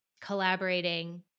collaborating